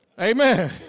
Amen